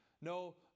no